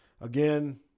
Again